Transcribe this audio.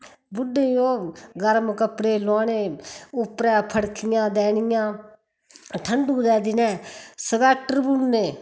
बुड्डें ओह् गर्म कपड़े लोआने उपरा फड़खियां देनियां ठण्डु दै दिनै सवैटर बुनने